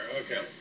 okay